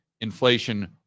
inflation